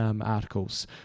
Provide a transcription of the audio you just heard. articles